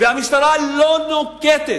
והמשטרה לא נוקטת